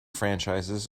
franchises